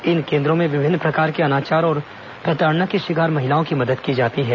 इन केन्द्रों में विभिन्न प्रकार के अनाचार और प्रताड़ना की शिकार महिलाओं की मदद की जाती है